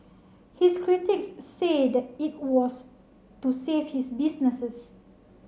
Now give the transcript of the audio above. his critics say that it was to save his businesses